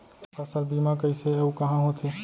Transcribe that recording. फसल बीमा कइसे अऊ कहाँ होथे?